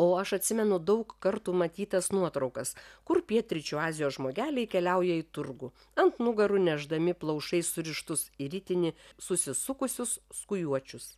o aš atsimenu daug kartų matytas nuotraukas kur pietryčių azijos žmogeliai keliauja į turgų ant nugarų nešdami plaušais surištus į ritinį susisukusius skujuočius